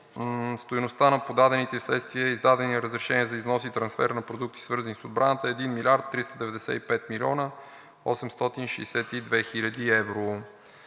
стойността на подадените и вследствие издадени разрешения за износ и трансфер на продукти, свързани с отбраната, е 1 млрд. 395 млн. 862 хил. евро.